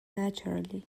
naturally